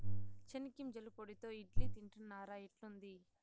చెనిగ్గింజల పొడితో ఇడ్లీ తింటున్నారా, ఎట్లుంది